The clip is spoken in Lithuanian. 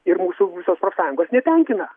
ir mūsų visos profsąjungos netenkina